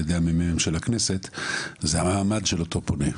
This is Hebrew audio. ידי המ.מ.מ של הכנסת זה המעמד של אותו פונה.